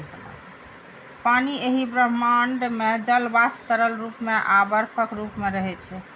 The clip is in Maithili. पानि एहि ब्रह्मांड मे जल वाष्प, तरल रूप मे आ बर्फक रूप मे रहै छै